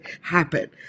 happen